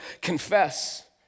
confess